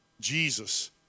Jesus